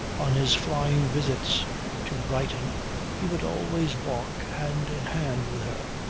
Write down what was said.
on his flying visits to brighton he would always walk hand in hand with her.